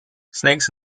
snakes